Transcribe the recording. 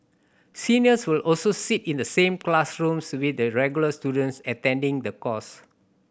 seniors will also sit in the same classrooms with the regular students attending the course